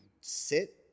sit